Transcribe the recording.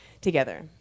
together